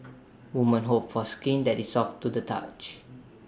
woman hope for skin that is soft to the touch